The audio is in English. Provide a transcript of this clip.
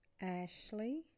Ashley